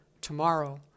tomorrow